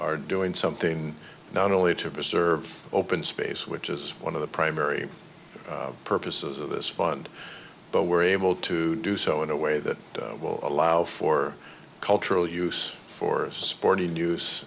are doing something not only to preserve open space which is one of the primary purpose so this fund but we're able to do so in a way that will allow for cultural use for sporting news